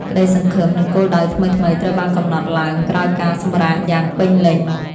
ក្ដីសង្ឃឹម និងគោលដៅថ្មីៗត្រូវបានកំណត់ឡើងក្រោយការសម្រាកយ៉ាងពេញលេញ។